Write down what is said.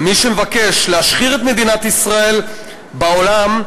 ומי שמבקש להשחיר את מדינת ישראל בעולם,